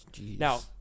Now